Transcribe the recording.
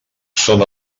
són